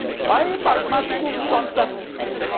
my mathematical processes